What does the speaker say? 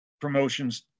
promotions